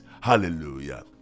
hallelujah